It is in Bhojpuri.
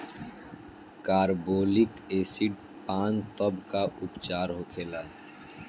कारबोलिक एसिड पान तब का उपचार होखेला?